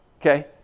Okay